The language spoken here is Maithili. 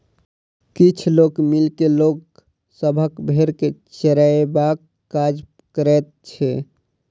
किछ लोक मिल के लोक सभक भेंड़ के चरयबाक काज करैत छै